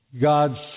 God's